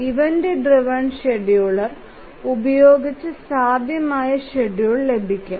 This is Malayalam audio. ഇവന്റ് ഡ്രൈവ്എൻ ഷെഡ്യൂളർ ഉപയോഗിച്ച് സാധ്യമായ ഷെഡ്യൂൾ ലഭിക്കും